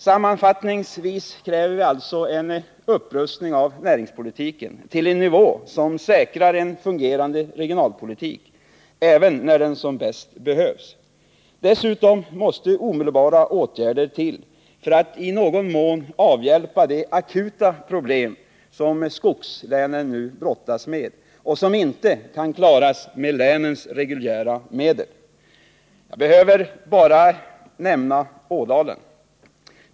Sammanfattningsvis kräver vi alltså en upprustning av näringspolitiken till en nivå som säkrar en fungerande regionalpolitik, även när den som bäst behövs. Dessutom måste omedelbara åtgärder till för att i någon mån avhjälpa de akuta problem som skogslänen nu brottas med och som inte kan klaras med länens reguljära medel. Jag behöver bara nämna Ådalen.